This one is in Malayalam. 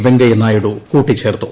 വെങ്കയ്യ നായഡു കൂട്ടി ച്ചേർത്തു